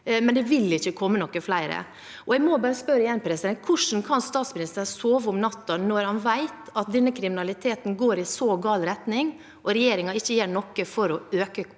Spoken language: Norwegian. Men det vil ikke komme noen flere. Jeg må bare spørre igjen: Hvordan kan statsministeren sove om natten når han vet at denne kriminaliteten går i så gal retning, og regjeringen ikke gjør noe for å øke politikapasiteten